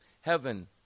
Heaven